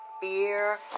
fear